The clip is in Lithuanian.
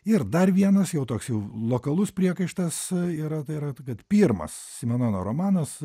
ir dar vienas jau toks jau lokalus priekaištas yra tai yra tai kad pirmas simenono romanas